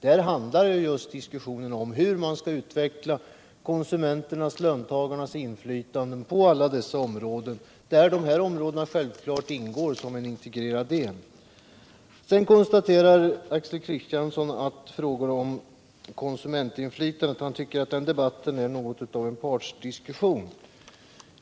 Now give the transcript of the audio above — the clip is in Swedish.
Där handlar just diskussionen om hur man skall utveckla konsumenternas, löntagarnas, inflytande på alla dessa områden — där de områdena självfallet ingår som en integrerad del. Sedan konstaterar Axel Kristiansson att debatten om konsumentinflytande är något av en partsdiskussion.